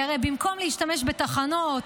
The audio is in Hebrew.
מכול אני רוצה לתת לכם דוגמה אחת,